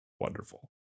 Wonderful